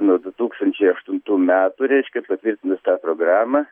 nuo du tūkstančiai aštuntų metų reiškia patvirtinus tą programą